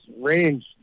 range